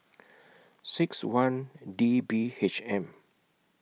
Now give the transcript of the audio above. six one D B H M